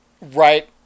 right